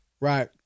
right